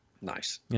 Nice